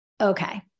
okay